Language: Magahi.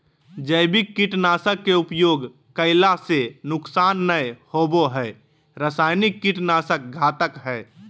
जैविक कीट नाशक के उपयोग कैला से नुकसान नै होवई हई रसायनिक कीट नाशक घातक हई